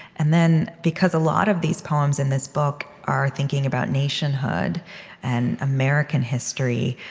and then, because a lot of these poems in this book are thinking about nationhood and american history,